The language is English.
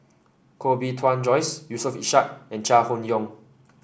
Koh Bee Tuan Joyce Yusof Ishak and Chai Hon Yoong